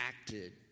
acted